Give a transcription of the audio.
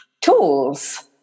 tools